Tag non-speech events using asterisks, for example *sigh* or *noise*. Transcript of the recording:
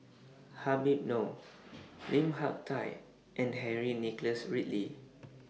Habib Noh *noise* Lim Hak Tai and Henry Nicholas Ridley